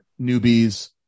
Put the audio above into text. newbies